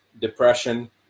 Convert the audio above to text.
depression